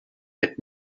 had